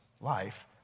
life